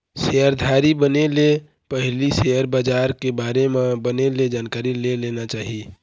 सेयरधारी बने ले पहिली सेयर बजार के बारे म बने ले जानकारी ले लेना चाही